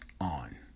on